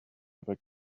ever